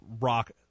rock